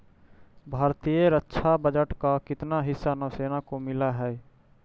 भारतीय रक्षा बजट का कितना हिस्सा नौसेना को मिलअ हई